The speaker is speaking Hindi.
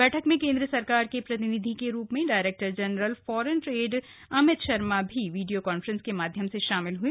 बैठक में केंद्र सरकार के प्रतिनिधि के रूप में director general foreign trade Amit Sharma भी वीसी के माध्यम से शामिल हुए